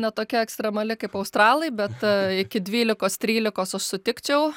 ne tokia ekstremali kaip australai bet iki dvylikos trylikos aš sutikčiau